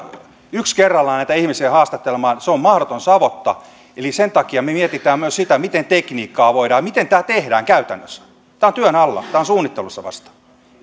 yksi kerrallaan näitä ihmisiä haastattelemaan se on mahdoton savotta eli sen takia me mietimme myös sitä miten tekniikkaa voidaan hyödyntää miten tämä tehdään käytännössä tämä on työn alla tämä on vasta suunnittelussa